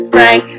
Frank